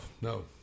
no